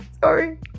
Sorry